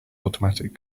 automatic